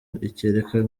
kereka